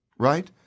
Right